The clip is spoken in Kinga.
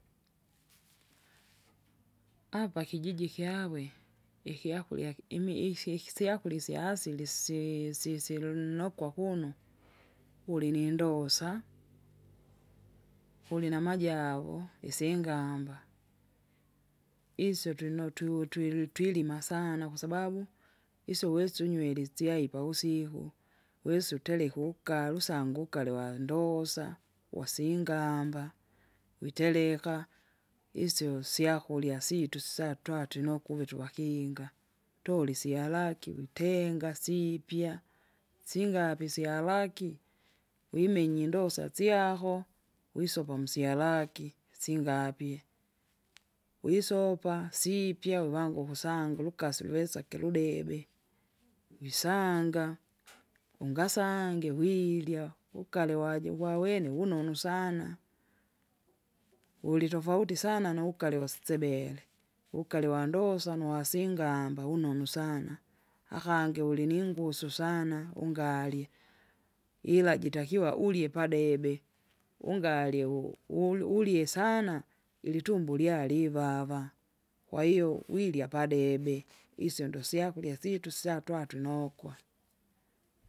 apa kijiji kyawe ikyakuryaki imi- isikisyakurya isya asili si- si- silonokwa kuno, kulinindosa kulinamajavo isengamba, isyo tulino tu- tutwili- twilima sana kwasababu, isyo uwesa unywele itschai pawusiku. Uwesa utereke ugali usange ugali wandosa, wasingamba, witereka, isyo syakukurya syitu satwati nukuve tuvakinga. Tole isyalaki witenga sipya, singapya isyalaki, wimenye indosa syaho, wisopa musyalaki singapye. Wisopa siipya uvange ukusangu urukasi uweza kiludibe, wisanga, ungasange wirya ugale waje wawene wunonu sana, wulitofauti sana ugale watsebele, ugali wandosa nuwasingamba wunonu sana. Akange wuliningusu sana ungalye, ila jitakiwa ulye padebe, ungalye u- ulyu- ulyesana ilitumbo lyalivava kwahiyo wirya padebe, isyo ndosyakurya syitu syatwatunokwa.